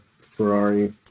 Ferrari